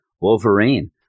Wolverine